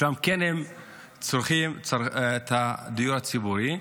שם כן הם צורכים את הדיור הציבורי,